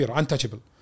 untouchable